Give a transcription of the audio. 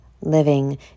living